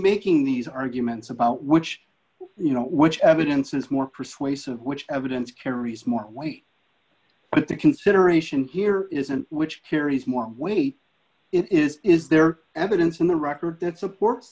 making these arguments about which you know which evidence is more persuasive which evidence carries more weight but the consideration here isn't which carries more weight is is there evidence in the record that supports